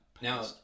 Now